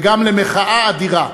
וגם למחאה אדירה.